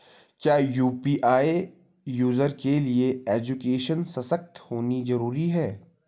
क्या UPI user के लिए एजुकेशनल सशक्त होना जरूरी है?